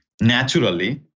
naturally